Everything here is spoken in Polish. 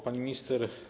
Pani Minister!